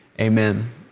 amen